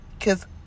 cause